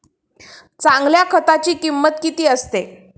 चांगल्या खताची किंमत किती असते?